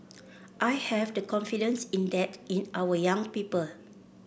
I have the confidence in that in our young people